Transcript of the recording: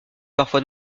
parfois